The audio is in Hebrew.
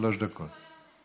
שלוש דקות.